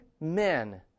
men